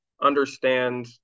Understand